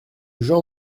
jean